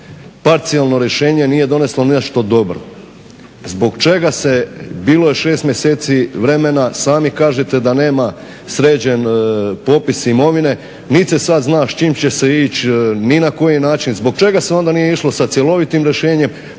parcijalno rješenje nije doneslo nešto dobro. Zbog čega se, bilo je 6 mjeseci vremena, sami kažete da nema sređen popis imovine nit se sad zna s čim će se ić ni na koji način. Zbog čega se onda nije išlo sa cjelovitim rješenjem.